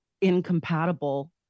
incompatible